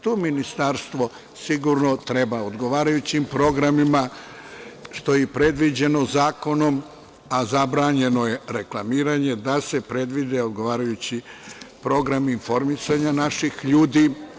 To Ministarstvo sigurno treba odgovarajućim programima, što je i predviđeno zakonom, a zabranjeno je reklamiranje da se predvide odgovarajući programi informisanja naših ljudi.